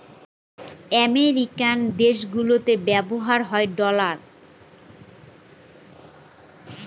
American দেশগুলিতে ব্যবহার হয় ডলার